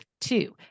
Two